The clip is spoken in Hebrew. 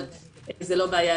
אבל זו לא בעיה,